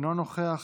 אינו נוכח,